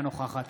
אינה נוכחת